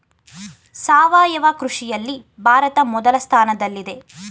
ಸಾವಯವ ಕೃಷಿಯಲ್ಲಿ ಭಾರತ ಮೊದಲ ಸ್ಥಾನದಲ್ಲಿದೆ